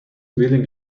wheeling